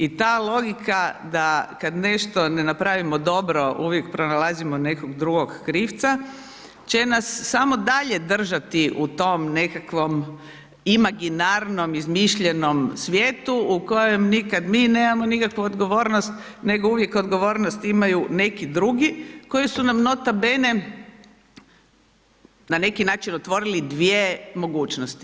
I ta logika da kad nešto ne napravimo dobro, uvijek pronalazimo nekog drugog krivca će nas samo dalje držati u tom nekakvom imaginarnom, izmišljenom svijetu u kojem nikad mi nemamo nekakvu odgovornost nego uvijek odgovornost imaju neki drugi koji su nam nota bene na neki način otvorili dvije mogućnosti.